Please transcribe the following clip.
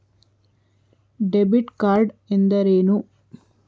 Debit card ಎಂದರೇನು?